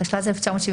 התשל"ז-1977,